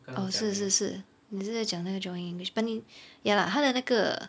orh 是是是你是在讲那个 johnny english but 你 ya lah 他的那个